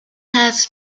has